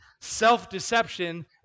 self-deception